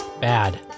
bad